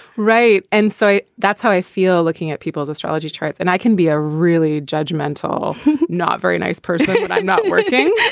right and so that's how i feel looking at people's astrology chart and i can be a really judgmental not very nice person and not working.